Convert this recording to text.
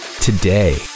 today